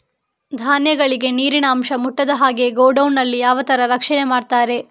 ಧಾನ್ಯಗಳಿಗೆ ನೀರಿನ ಅಂಶ ಮುಟ್ಟದ ಹಾಗೆ ಗೋಡೌನ್ ನಲ್ಲಿ ಯಾವ ತರ ರಕ್ಷಣೆ ಮಾಡ್ತಾರೆ?